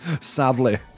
Sadly